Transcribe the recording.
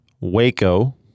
Waco